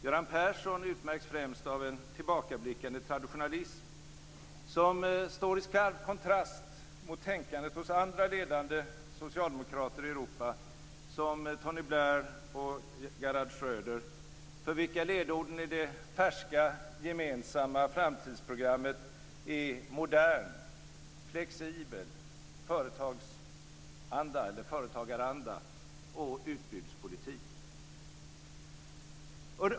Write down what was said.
Göran Persson utmärks främst av en tillbakablickande traditionalism, som står i skarp kontrast mot tänkandet hos andra länders ledande socialdemokrater i Europa som Tony Blair och Gerhard Schröder, för vilka ledorden i det färska gemensamma framtidsprogrammet är "modern", "flexibel", "företagaranda" och "utbudspolitik".